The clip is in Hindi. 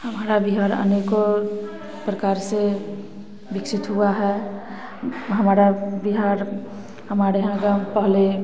हमारा बिहार अनेकों प्रकार से विकसित हुआ है हमारा बिहार हमारे यहाँ का पहले